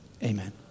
Amen